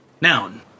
Noun